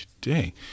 today